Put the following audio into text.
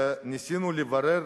ניסינו לברר